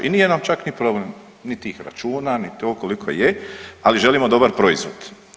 I nije čak problem ni tih računa ni to koliko je, ali želimo dobar proizvod.